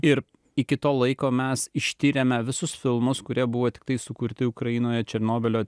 ir iki to laiko mes ištyrėme visus filmus kurie buvo tiktai sukurti ukrainoje černobylio